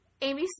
Amy